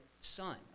son